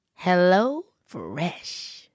HelloFresh